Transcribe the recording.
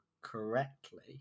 correctly